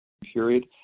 period